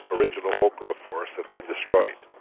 original oak growth forests, has been destroyed.